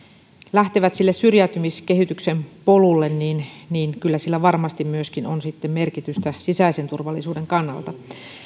lähtevät sille syrjäytymiskehityksen polulle niin niin kyllä sillä varmasti myöskin on merkitystä sisäisen turvallisuuden kannalta